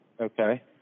Okay